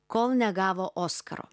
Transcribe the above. kol negavo oskaro